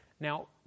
Now